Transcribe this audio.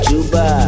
Juba